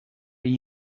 gli